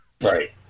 Right